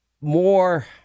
more